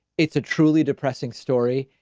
it's a truly depressing story.